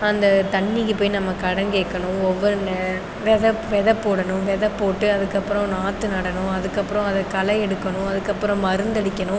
அந்த தண்ணிக்கு போய் நம்ம கடன் கேட்கணும் ஒவ்வொரு நெல் விதை விதை போடணும் விதை போட்டு அதுக்கு அப்புறம் நாற்று நடணும் அதுக்கு அப்புறம் அதை களை எடுக்கணும் அதுக்கு அப்புறம் மருந்து அடிக்கணும்